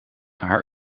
haar